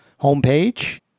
homepage